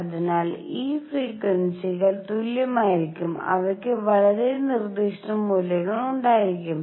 അതിനാൽ ആ ഫ്രീക്വൻസികൾ തുല്യമായിരിക്കും അവയ്ക്ക് വളരെ നിർദ്ദിഷ്ട മൂല്യങ്ങൾ ഉണ്ടായിരിക്കും